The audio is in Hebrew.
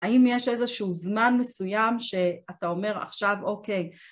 ‫האם יש איזשהו זמן מסוים ‫שאתה אומר עכשיו, אוקיי...